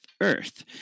earth